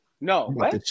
No